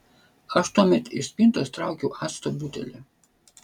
aš tuomet iš spintos traukiau acto butelį